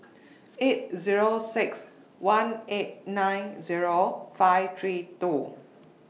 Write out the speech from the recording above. eight Zero six one eight nine Zero five three two